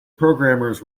programmers